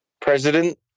president